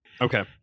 Okay